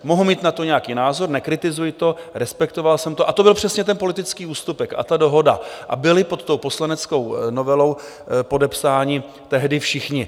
Mohu mít na to nějaký názor, nekritizuji to, respektoval jsem to, a to byl přesně ten politický ústupek a dohoda a byli pod tou poslaneckou novelou podepsáni tehdy všichni.